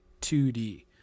2d